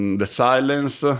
the silence ah